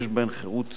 יש בהן חירות